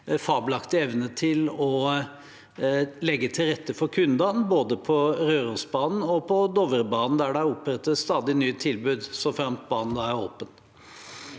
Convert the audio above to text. fabelaktig evne til å legge til rette for kundene, på både Rørosbanen og Dovrebanen, der det opprettes stadig nye tilbud – så fremt banen er åpen?